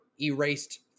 erased